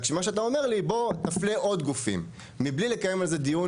רק מה שאתה אומר לי זה בוא תפלה עוד גופים מבלי לקיים דיון